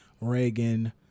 Reagan